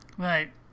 Right